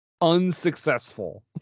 unsuccessful